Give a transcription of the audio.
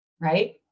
right